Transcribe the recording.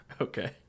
Okay